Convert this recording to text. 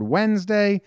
Wednesday